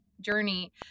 journey